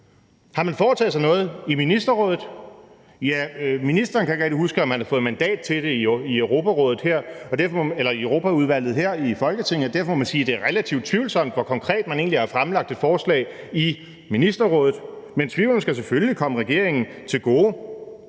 Har man foretaget sig noget i Ministerrådet? Ministeren kan ikke rigtig huske, om han har fået mandat til det i Europaudvalget her i Folketinget, og derfor må man sige, at det er relativt tvivlsomt, hvor konkret man egentlig har fremlagt det forslag i Ministerrådet, men tvivlen skal selvfølgelig komme regeringen til gode.